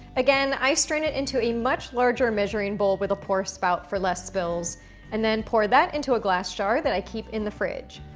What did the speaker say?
again i strain it into a much larger measuring bowl with a pour spout for less spills and then pour that into a glass jar that i keep in the fridge.